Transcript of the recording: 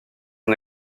son